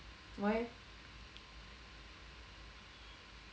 why